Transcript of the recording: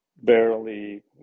barely